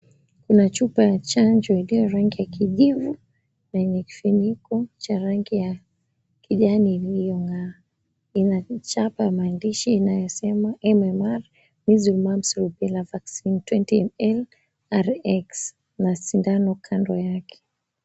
Kuna chupa ya chanjo iliyo rangi ya kijivu na yenye kifiniko cha rangi ya kijani iliyo ng'aa. Ina chapa maandishi inayosema MMR Measles Mumps Rubela Vaccine 20ml RX na sindano kando yake.